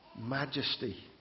majesty